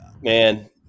Man